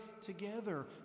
together